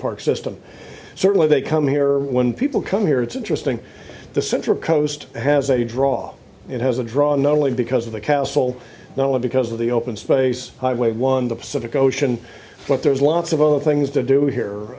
park system certainly they come here when people come here it's interesting the central coast has a draw it has a draw not only because of the cast whole not only because of the open space highway one the pacific ocean but there's lots of other things to do here